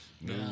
No